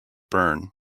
burn